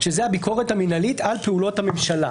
שזאת הביקורת המינהלית על פעולות הממשלה,